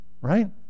right